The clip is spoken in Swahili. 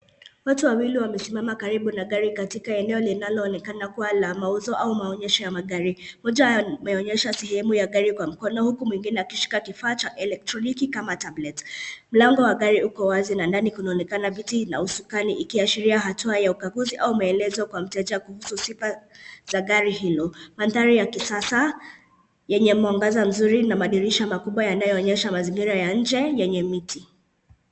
Watu wawili wamesimama karibu na gari katika eneo linalonekana kuwa la mauzo, au maonyesho ya magari. Mmoja ameonyesha sehemu ya gari kwa mkono, huku mwingine akiwa ameshika kifaa cha elektroniki, kama tablet . Mlango wa gari uko wazi na ndani kunaonekana viti na usukani, ikiashiria hatua ya ukaguzi au maelezo kwa mteja kuhusu sifa gari hilo. Mandhari ya kisasa, yenye mwangaza mzuri, na madirisha makubwa yanayoonyesha mazingira ya nje, yenye miti.